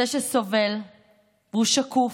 זה שסובל והוא שקוף,